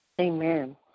Amen